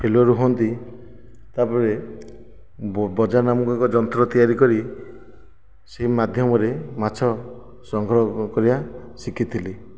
failure ହୁଅନ୍ତି ତା'ପରେ ବଜା ନାମକ ଏକ ଯନ୍ତ୍ର ତିଆରି କରି ସେଇ ମାଧ୍ୟମରେ ମାଛ ସଂଗ୍ରହ କରିବା ଶିଖିଥିଲି